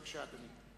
בבקשה, אדוני.